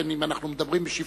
לכן אם אנחנו מדברים בשבחו,